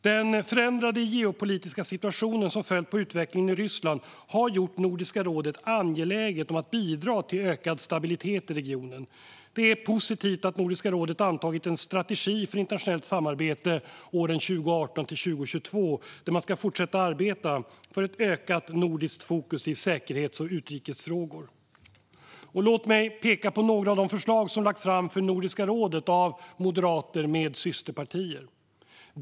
Den förändrade geopolitiska situation som följt på utvecklingen i Ryssland har gjort Nordiska rådet angeläget om att bidra till ökad stabilitet i regionen. Det är positivt att Nordiska rådet antagit en strategi för internationellt samarbete 2018-2022 där man ska fortsätta att arbeta för ett ökat nordiskt fokus i säkerhets och utrikesfrågor. Låt mig peka på några av de förslag som har lagts fram för Nordiska rådet av Moderaterna med systerpartier.